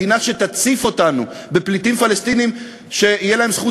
מדינה שתציף אותנו בפליטים פלסטינים שתהיה להם זכות